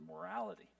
morality